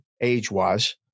age-wise